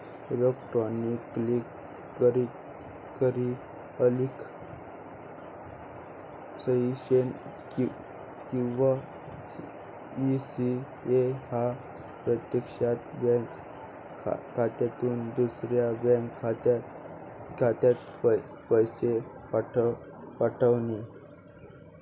electronic clearing services किंवा ECS हा प्रत्यक्षात बँक खात्यातून दुसऱ्या बँक खात्यात पैसे पाठवणे